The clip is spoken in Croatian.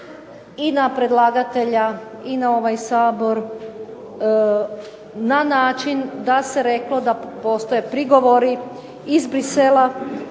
i na predlagatelja i na ovaj Sabor na način da se reklo da postoje prigovori iz Bruxellesa,